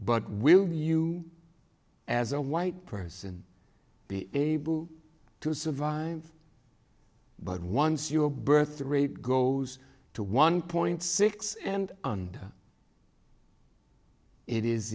but will you as a white person be able to survive but once your birth rate goes to one point six and it is